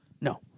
No